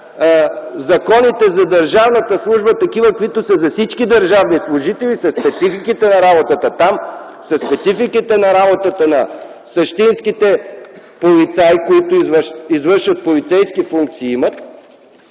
законите за държавната служба, каквито са за всички държавни служители със спецификите на работата там, със спецификите на работа на същинските полицаи, които извършват полицейски функции и